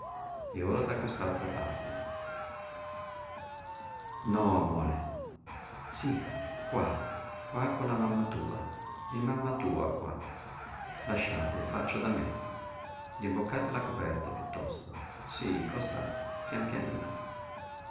e ora da quest'altra parte no amore sí qua qua con la mamma tua è mamma tua qua lasciate faccio da me rimboccate la coperta piuttosto sí costà pian pianino